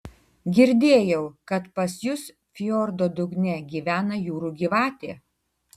girdėjau kad pas jus fjordo dugne gyvena jūrų gyvatė